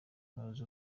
umuyobozi